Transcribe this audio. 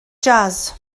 jazz